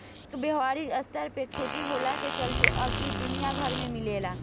एकर व्यावसायिक स्तर पर खेती होखला के चलते अब इ दुनिया भर में मिलेला